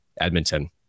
Edmonton